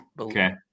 Okay